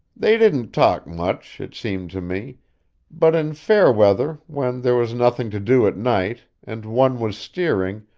they didn't talk much, it seemed to me but in fair weather, when there was nothing to do at night, and one was steering,